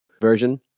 version